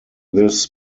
this